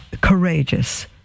courageous